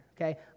okay